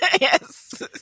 Yes